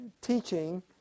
teaching